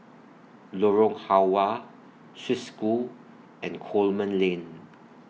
Lorong Halwa Swiss School and Coleman Lane